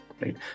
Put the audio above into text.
right